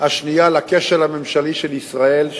השני לכשל הממשלי של ישראל,